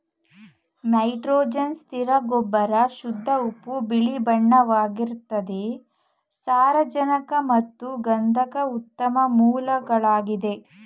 nitrogen ಸ್ಥಿರ ಗೊಬ್ಬರ ಶುದ್ಧ ಉಪ್ಪು ಬಿಳಿಬಣ್ಣವಾಗಿರ್ತದೆ ಸಾರಜನಕ ಮತ್ತು ಗಂಧಕದ ಉತ್ತಮ ಮೂಲಗಳಾಗಿದೆ